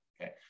okay